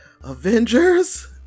avengers